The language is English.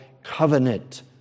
covenant